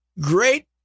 great